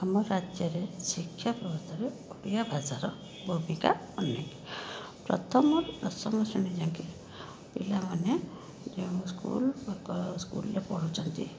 ଆମ ରାଜ୍ୟରେ ଶିକ୍ଷା ବ୍ୟବସ୍ଥାରେ ଓଡ଼ିଆ ଭାଷାର ଭୂମିକା ଅନେକ ପ୍ରଥମରୁ ଦଶମ ଶ୍ରେଣୀ ଯାଙ୍କେ ପିଲାମାନେ ଯେଉଁ ସ୍କୁଲ୍ ବା ସ୍କୁଲ୍ରେ ପଢ଼ୁଛନ୍ତି